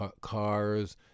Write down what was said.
cars